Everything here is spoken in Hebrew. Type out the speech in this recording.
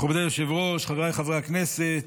מכובדי היושב-ראש, חבריי חברי הכנסת,